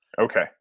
okay